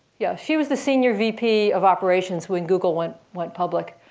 yeah she was the senior vp of operations when google went went public.